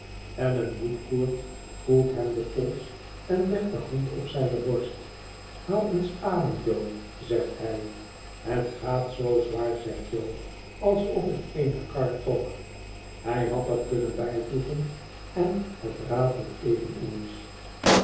allan woodcourt voelt hem den pols en legt de hand op zijne borst haal eens adem jo zegt hij het gaat zoo zwaar zegt jo alsof ik eene kar trok hij had er kunnen bijvoegen en het ratelt eveneens